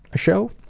a show?